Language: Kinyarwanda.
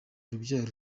urubyaro